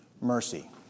mercy